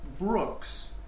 Brooks